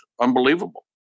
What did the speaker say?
unbelievable